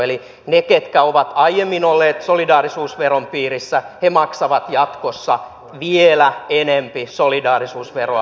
eli ne jotka ovat aiemmin olleet solidaarisuusveron piirissä maksavat jatkossa vielä enempi solidaarisuusveroa